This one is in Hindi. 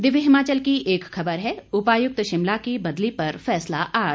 दिव्य हिमाचल की एक खबर है उपायुक्त शिमला की बदली पर फैसला आज